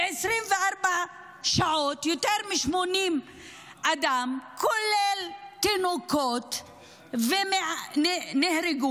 ב-24 שעות יותר מ-80 בני אדם כולל תינוקות נהרגו,